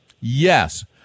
yes